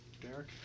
Derek